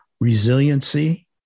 resiliency